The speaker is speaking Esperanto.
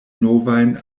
novajn